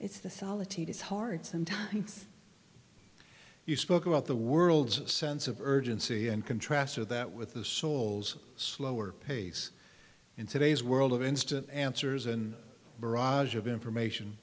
it's the solitude is hard sometimes you spoke about the world's sense of urgency and contrasts are that with the souls slower pace in today's world of instant answers and barrage of information